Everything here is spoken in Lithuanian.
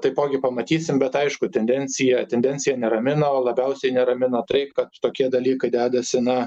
taipogi pamatysim bet aišku tendencija tendencija neramina o labiausiai neramina tai kad tokie dalykai dedasi na